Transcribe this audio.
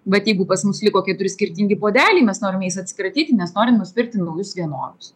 bet jeigu pas mus liko keturi skirtingi puodeliai mes norim jais atsikratyti mes norim nusipirkti naujus vienodus